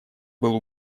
был